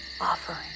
offering